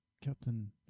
Captain